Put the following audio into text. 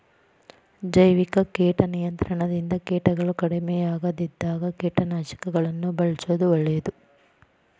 ಜೈವಿಕ ಕೇಟ ನಿಯಂತ್ರಣದಿಂದ ಕೇಟಗಳು ಕಡಿಮಿಯಾಗದಿದ್ದಾಗ ಕೇಟನಾಶಕಗಳನ್ನ ಬಳ್ಸೋದು ಒಳ್ಳೇದು